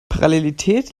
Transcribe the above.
parallelität